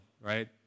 right